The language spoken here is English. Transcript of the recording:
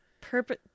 Purpose